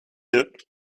look